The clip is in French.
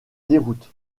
déroute